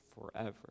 forever